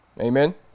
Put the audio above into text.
amen